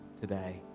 today